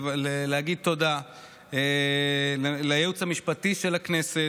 להגיד תודה לייעוץ המשפטי של הכנסת,